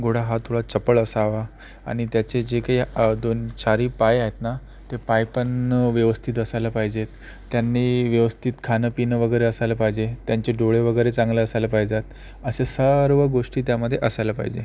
घोडा हा थोडा चपळ असावा आणि त्याचे जे काही दोन चारी पाय आहेत ना ते पायपण व्यवस्थित असायला पाहिजेत त्यांनी व्यवस्थित खाणं पिणं वगैरे असायला पाहिजे त्यांचे डोळे वगैरे चांगले असायला पाहिजेत अशा सर्व गोष्टी त्यामध्ये असायला पाहिजे